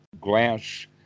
glass